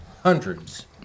hundreds